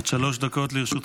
עד שלוש דקות לרשותך.